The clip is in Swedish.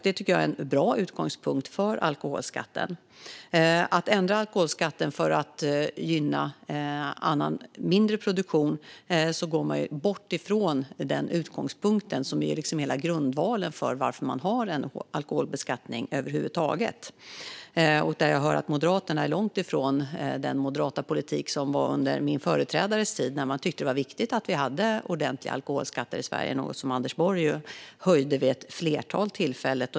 Det tycker jag är en bra utgångspunkt för alkoholskatten. Om man ändrar alkoholskatten för att gynna mindre produktion går man bort från den utgångspunkten, som är hela grundvalen för varför man har en alkoholbeskattning över huvud taget. Jag hör att Moderaterna är långt från den moderata politik som fördes under min företrädares tid. Då tyckte man att det var viktigt att vi hade ordentliga alkoholskatter i Sverige. Anders Borg höjde också dem vid ett flertal tillfällen.